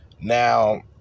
Now